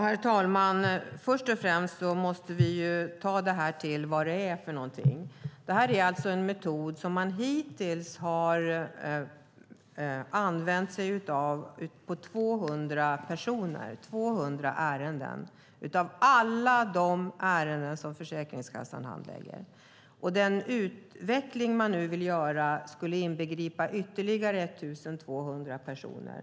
Herr talman! Först och främst måste vi ta detta för vad det är. Det är en metod som man hittills har använt sig av i 200 av alla ärenden som Försäkringskassan handlägger. Den utvidgning man nu vill göra skulle inbegripa ytterligare 1 200 personer.